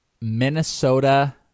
Minnesota